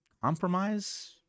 compromise